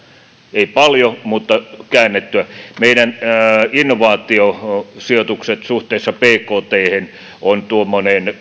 ei paljon mutta käännettyä meidän innovaatiosijoitukset suhteessa bkthen ovat tuommoisen